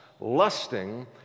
Lusting